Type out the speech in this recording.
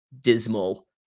dismal